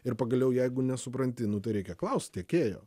ir pagaliau jeigu nesupranti nu tai reikia klaust tiekėjo